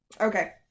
Okay